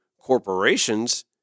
corporations